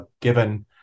given